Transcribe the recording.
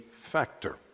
factor